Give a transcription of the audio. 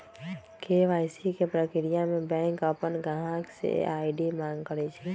KYC के परक्रिया में बैंक अपन गाहक से आई.डी मांग करई छई